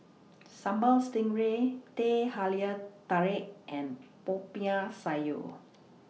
Sambal Stingray Teh Halia Tarik and Popiah Sayur